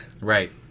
Right